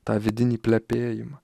tą vidinį plepėjimą